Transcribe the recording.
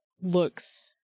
looks